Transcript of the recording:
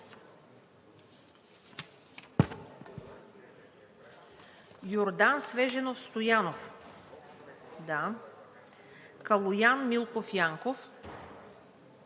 Йордан Свеженов Стоянов - тук Калоян Милков Янков